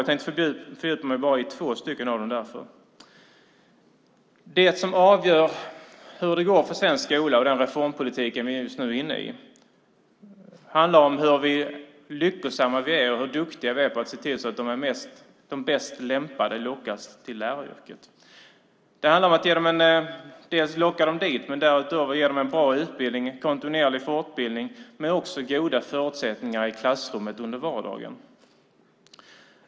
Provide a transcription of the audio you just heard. Jag tänkte därför bara fördjupa mig i två av dem. Det som avgör hur det går för svensk skola och den reformpolitik vi just nu driver handlar om hur lyckosamma vi är och hur duktiga vi är på att se till att de bäst lämpade lockas till läraryrket. Det handlar delvis om att locka dem dit, men också om att därutöver ge dem en bra utbildning och kontinuerlig fortbildning med goda förutsättningar i klassrummet i vardagen.